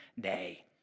day